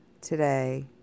Today